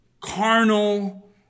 carnal